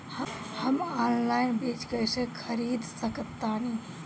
हम ऑनलाइन बीज कईसे खरीद सकतानी?